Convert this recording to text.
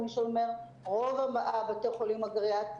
רוב בתי החולים הגריאטריים,